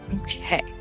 Okay